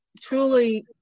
truly